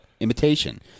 Imitation